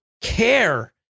care